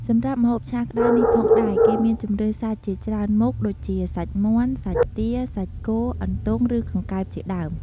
សម្រាប់ម្ហូបឆាក្តៅនេះផងដែរគេមានជម្រើសសាច់ជាច្រើនមុខដូចជា សាច់មាន់ សាច់ទា សាច់គោ អន្ទង់ ឬ កង្កែប ជាដើម។